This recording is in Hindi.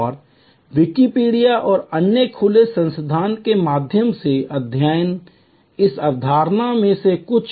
और विकिपीडिया और अन्य खुले संसाधनों के माध्यम से अध्ययन इन अवधारणाओं में से कुछ